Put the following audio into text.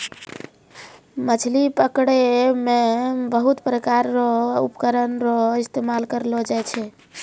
मछली पकड़ै मे बहुत प्रकार रो उपकरण रो इस्तेमाल करलो जाय छै